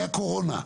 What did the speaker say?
הייתה קורונה.